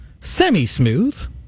semi-smooth